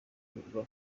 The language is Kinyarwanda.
rwa